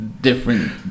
different